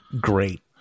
great